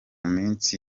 minsi